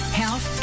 health